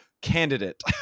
candidate